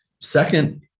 Second